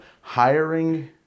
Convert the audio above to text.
hiring